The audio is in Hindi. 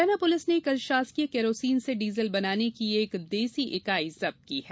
मुरैना पुलिस ने कल शासकीय केरोसिन से डीजल बनाने की एक देसी इकाई जब्त की है